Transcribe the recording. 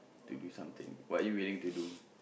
to do something what you willing to do